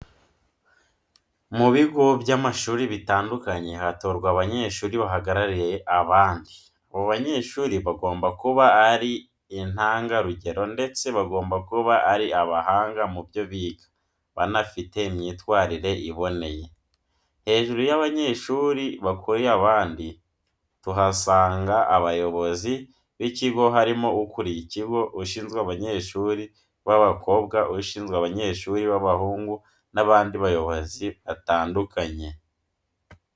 Mu bigo by'amashuri bitandukanye hatorwa abanyeshuri bahagarariye abandi, abo banyeshuri bagomba kuba ari intangarugero ndetse bagomba kuba ari abahanga mu byo biga banafite imyitwarire iboneye. Hejuru y'abanyeshuri bakuriye abandi tuhasanga abayobozi b'ikigo harimo ukuriye ikigo, ushinzwe abanyeshuri b'abakobwa, ushinzwe abanyeshuri b'abahungu n'abandi bayobozi batandukanye.